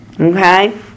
Okay